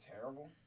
terrible